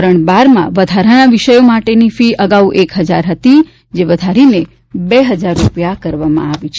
ધોરણ બારમાં વધારાના વિષયો માટેની ફી અગાઉ એક હજાર હતી તે વધારીને બે હજાર રૂપિયા કરવામાં આવી છે